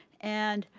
and,